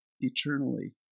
eternally